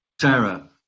Sarah